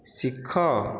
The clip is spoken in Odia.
ଶିଖ